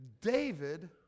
David